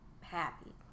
happy